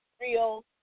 real